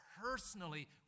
personally